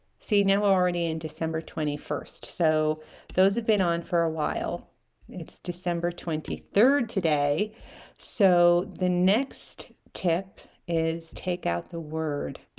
see now we're already in december twenty first so those have been on for a while it's december twenty third today so the next tip is take out the word